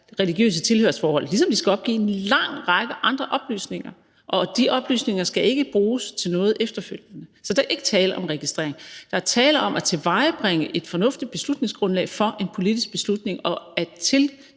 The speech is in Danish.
religiøse tilhørsforhold, ligesom de skal opgive en lang række andre oplysninger, og de oplysninger skal ikke bruges til noget efterfølgende. Så der er ikke tale om registrering. Der er tale om at tilvejebringe et fornuftigt beslutningsgrundlag for en politisk beslutning, og at